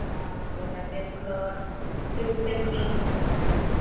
ఆ బుర్రా కేవ్స్లో అదే కదా